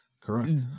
Correct